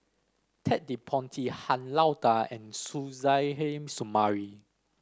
Ted De Ponti Han Lao Da and Suzairhe Sumari